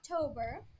October